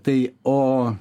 tai o